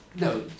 no